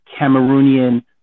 Cameroonian